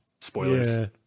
spoilers